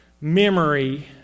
memory